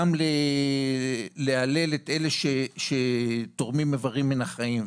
גם להלל את אלה שתורמים איברים מן החיים,